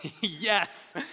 Yes